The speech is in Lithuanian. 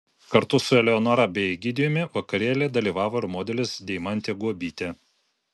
kartu su eleonora bei egidijumi vakarėlyje dalyvavo ir modelis deimantė guobytė